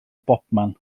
bobman